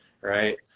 right